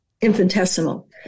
infinitesimal